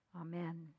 Amen